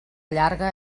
llarga